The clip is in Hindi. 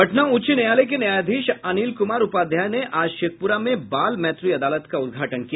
पटना उच्च न्यायालय के न्यायाधीश अनिल कुमार उपाध्याय ने आज शेखपुरा में बाल मैत्री अदालत का उद्घाटन किया